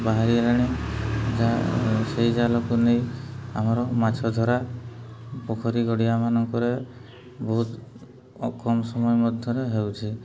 ବାହାରିଗଲାଣି ସେଇ ଜାଲକୁ ନେଇ ଆମର ମାଛ ଧରା ପୋଖରୀ ଗଡ଼ିଆମାନଙ୍କରେ ବହୁତ କମ୍ ସମୟ ମଧ୍ୟରେ ହେଉଛି